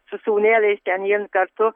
su sūneliais ten jin kartu